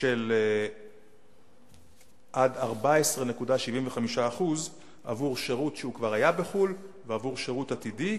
של עד 14.75% עבור שירות שהוא כבר היה בו בחו"ל ועבור שירות עתידי,